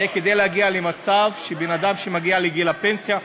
זה כדי להגיע למצב שאדם שמגיע לגיל הפנסיה,